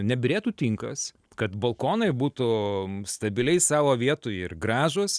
nebyrėtų tinkas kad balkonai būtų stabiliai savo vietoj ir gražūs